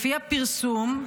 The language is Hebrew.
לפי הפרסום,